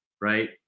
right